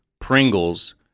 Pringles